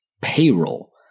payroll